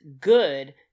good